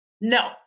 No